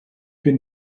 bin